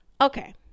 okay